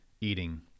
eating